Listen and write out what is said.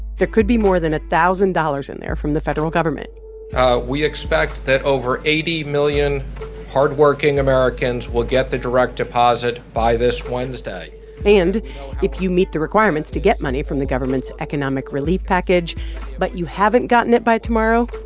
there could be more than a thousand dollars in there from the federal government we expect that over eighty million hardworking americans will get the direct deposit by this wednesday and if you meet the requirements to get money from the government's economic relief package but you haven't gotten it by tomorrow,